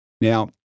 Now